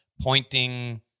pointing